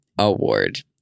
Award